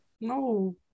no